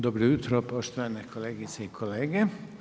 Dobro jutro, poštovane kolegice i kolege.